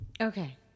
Okay